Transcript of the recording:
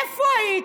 איפה היית?